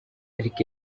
ariko